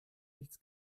nichts